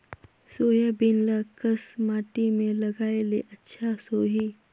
Soybean ल कस माटी मे लगाय ले अच्छा सोही?